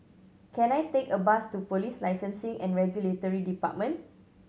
can I take a bus to Police Licensing and Regulatory Department